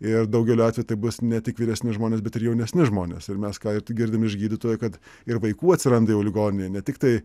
ir daugeliu atvejų tai bus ne tik vyresni žmonės bet ir jaunesni žmonės ir mes ką ir tik girdim iš gydytojų kad ir vaikų atsiranda jau ligoninėj ne tiktai